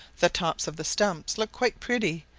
the tops of the stumps look quite pretty,